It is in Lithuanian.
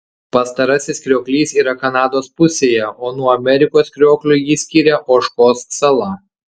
pastarasis krioklys yra kanados pusėje o nuo amerikos krioklio jį skiria ožkos sala